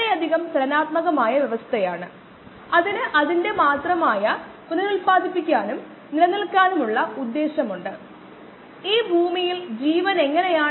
ഒന്നുകിൽ ഒരു ബാച്ച് പ്രവർത്തനം അവിടെ നമ്മൾ എല്ലാം ഉപേക്ഷിക്കുന്നു പ്രക്രിയ പൂർത്തിയാകുന്നതുവരെ കാത്തിരിക്കുക എല്ലാം ഉപേക്ഷിച്ച് കൂടുതൽ പ്രോസസ്സിംഗ് തുടരുക